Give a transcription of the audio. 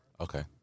okay